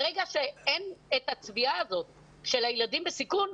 ברגע שאין את הצביעה הזאת של הילדים בסיכון,